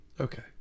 Okay